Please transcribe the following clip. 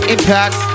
Impact